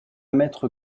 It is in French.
mètre